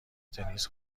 تنیس